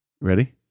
Ready